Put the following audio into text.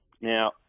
Now